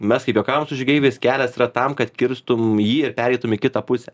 mes kaip juokaujam su žygeiviais kelias yra tam kad kirstum jį ir pereitum į kitą pusę